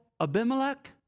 Abimelech